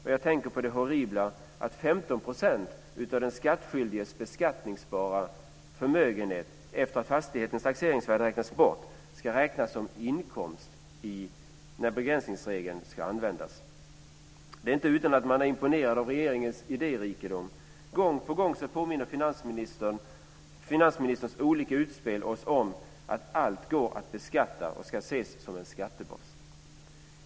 Jag tänker på det horribla att 15 % av den skattskyldiges beskattningsbara förmögenhet efter att fastighetens taxeringsvärde räknats bort ska räknas som inkomst när begränsningsregeln ska användas. Det är inte utan att man är imponerad av regeringens idérikedom. Gång på gång påminner finansministerns olika utspel oss om att allt går att beskatta och ska ses som en skattebas.